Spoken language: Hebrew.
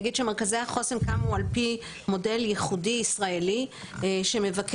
נגיד שמרכזי החוסן קמו על פי מודל ייחודי ישראלי שמבקש